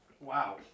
Wow